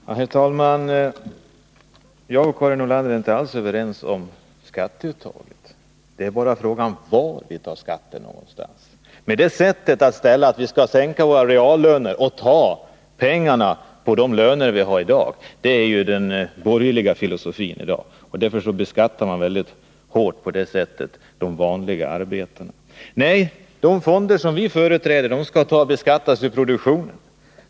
Herr talman! Jag och Karin Nordlander är inte alls oense om skatteuttaget. Det är bara fråga om var vi skall ta skatterna. Den borgerliga filosofin i dag är att vi skall sänka våra reallöner och ta pengarna från de löner vi har i dag. Därför beskattar man de vanliga arbetarna väldigt hårt. Nej, de fonder som vi talar för skall beskattas ur produktionen.